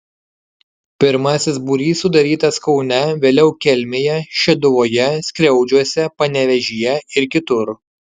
pirmasis būrys sudarytas kaune vėliau kelmėje šeduvoje skriaudžiuose panevėžyje ir kitur